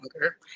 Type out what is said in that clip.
longer